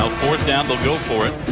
um fourth down. they'll go for it.